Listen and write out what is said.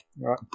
right